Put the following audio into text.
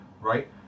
Right